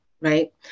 right